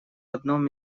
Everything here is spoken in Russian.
одном